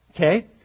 okay